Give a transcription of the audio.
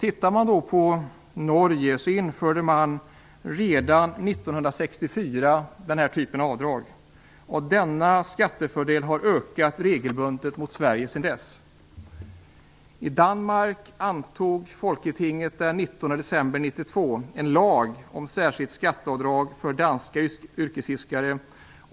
I Norge införde man redan 1964 den här typen av avdrag. Denna skattefördel har ökat regelbundet gentemot Sverige sedan dess. 1992 en lag om särskilt skatteavdrag för danska yrkesfiskare.